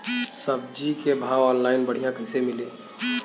सब्जी के भाव ऑनलाइन बढ़ियां कइसे मिली?